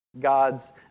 God's